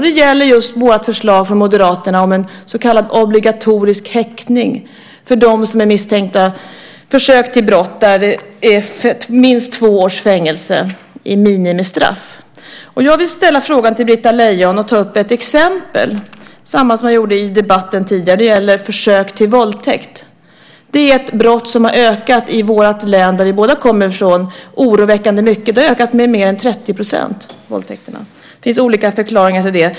Det gäller Moderaternas förslag om så kallad obligatorisk häktning för dem som är misstänkta för försök till brott som ger minst två års fängelse som minimistraff. Jag vill ställa en fråga till Britta Lejon och ta ett exempel, precis som jag gjorde i debatten tidigare här. Det gäller försök till våldtäkt, ett brott som har ökat oroväckande mycket i det län som vi båda kommer från. Antalet våldtäkter har ökat med mer än 30 %. Det finns olika förklaringar till det.